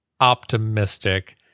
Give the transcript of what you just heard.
optimistic